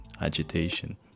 agitation